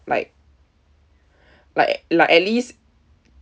like like like at least